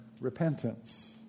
repentance